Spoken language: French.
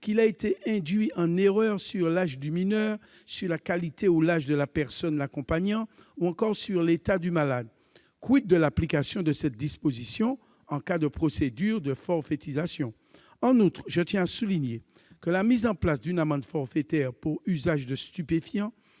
qu'il a été induit en erreur sur l'âge du mineur, sur la qualité ou l'âge de la personne l'accompagnant ou encore sur l'état du malade ». de l'application de cette disposition en cas de procédure de forfaitisation ? En outre, je tiens à le souligner, la mise en place d'une amende forfaitaire pour usage de stupéfiants